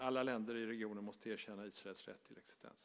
Alla länder i regionen måste erkänna Israels rätt till existens.